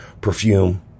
perfume